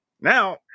Now